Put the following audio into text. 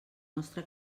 nostre